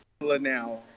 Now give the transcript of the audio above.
now